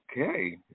Okay